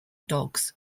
dogs